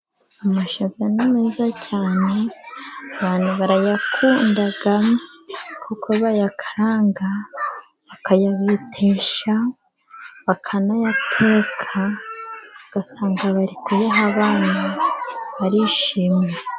Amasaka ni meza cyane, abantu barayakunda kuko bayakaranga, bakayabetesha, bakanayateka, ugasanga bari kuyaha abana barishimye.